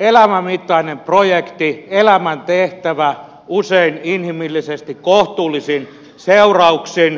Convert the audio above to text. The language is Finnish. elämän mittainen projekti elämäntehtävä usein inhimillisesti kohtuullisin seurauksin